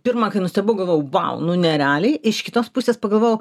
pirma kai nustebau galvojau vau nu nerealiai iš kitos pusės pagalvojau